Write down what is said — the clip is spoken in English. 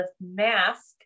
mask